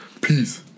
Peace